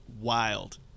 wild